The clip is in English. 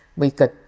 we could,